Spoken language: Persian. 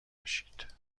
باشید